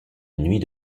nuit